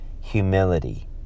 humility